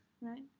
Right